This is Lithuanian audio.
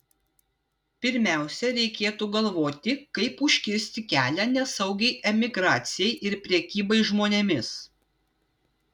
pirmiausia reikėtų galvoti kaip užkirsti kelią nesaugiai emigracijai ir prekybai žmonėmis